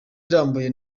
irambuye